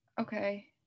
Okay